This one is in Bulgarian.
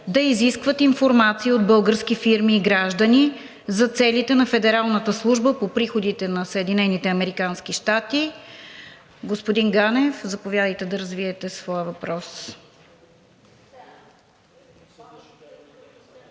да изискват информация от български фирми и граждани за целите на Федералната служба по приходите на Съединените американски щати. Господин Ганев, заповядайте да развиете своя въпрос.